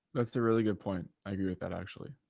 that's a really good point. i agree with that actually.